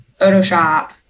photoshop